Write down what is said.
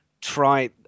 Try